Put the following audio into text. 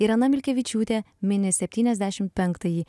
irena milkevičiūtė mini septyniasdešim penktąjį